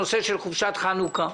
הנושא של חופשת חנוכה.